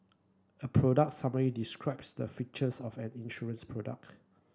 a product summary describes the features of an insurance product